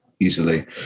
easily